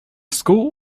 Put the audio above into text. school